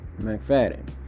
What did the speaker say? mcfadden